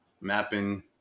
mapping